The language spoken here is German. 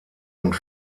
und